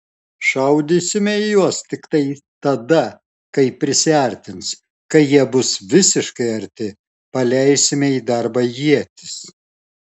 šaudysime į juos tiktai tada kai prisiartins kai jie bus visiškai arti paleisime į darbą ietis